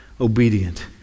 obedient